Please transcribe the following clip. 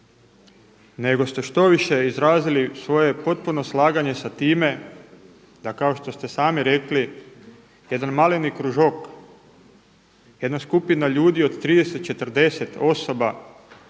nego ste štoviše izrazili svoje potpuno slaganje sa time da kao što ste sami rekli jedan maleni kružok, jedna skupina ljudi od 30, 40 osoba